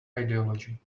ideology